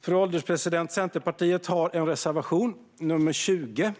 Fru ålderspresident! Centerpartiet har en reservation, nr 20,